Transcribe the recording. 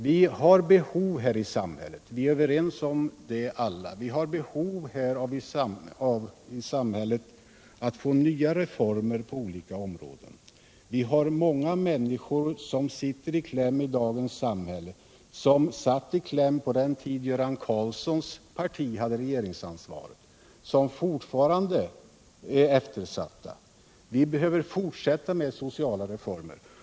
Vi är alla överens om att vi i samhället har behov av att få nya reformer på olika områden. Många människor sitter i kläm i dagens samhälle, och många människor satt i kläm också på den tid Göran Karlssons parti hade regeringsansvaret. Vi har många eftersatta grupper, och vi måste fortsätta med sociala reformer.